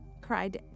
cried